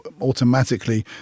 automatically